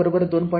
तरजर iy२